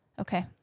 Okay